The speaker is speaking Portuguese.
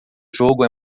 jogo